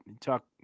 talk